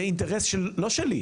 זה אינטרס לא שלי,